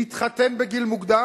להתחתן בגיל מוקדם,